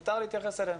מותר להתייחס אליהם.